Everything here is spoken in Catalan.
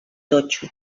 totxo